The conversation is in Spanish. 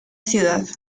ciudad